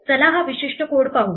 चला हा विशिष्ट कोड पाहू